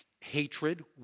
hatred